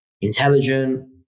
intelligent